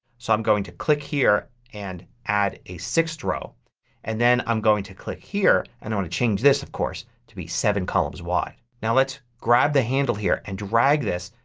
so i'm going to click here and add a sixth row and then i'm going to click here and i want to change this, of course, to be seven columns wide. now let's grab the handle here and drag this,